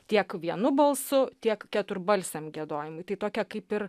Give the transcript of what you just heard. tiek vienu balsu tiek keturbalsiam giedojimui tai tokia kaip ir